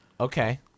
Okay